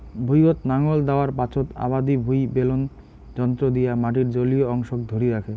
ভুঁইয়ত নাঙল দ্যাওয়ার পাচোত আবাদি ভুঁই বেলন যন্ত্র দিয়া মাটির জলীয় অংশক ধরি রাখে